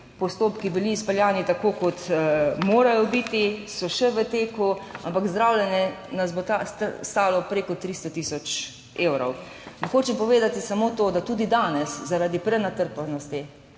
postopki bili izpeljani tako, kot morajo biti, so še v teku, ampak zdravljenje nas bo stalo preko 300 tisoč evrov. Hočem povedati samo to, da tudi danes zaradi prenatrpanosti